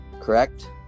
correct